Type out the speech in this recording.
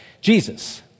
Jesus